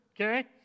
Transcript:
Okay